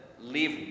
live